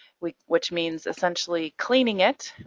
which which means essentially cleaning it,